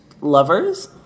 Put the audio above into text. lovers